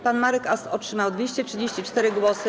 Pan Marek Ast otrzymał 234 głosy.